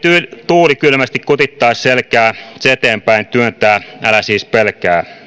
tuuli kylmästi kutittaa selkää se eteenpäin työntää älä siis pelkää